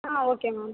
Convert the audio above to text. ah okay ma'am